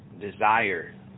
desire